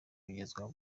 agezwa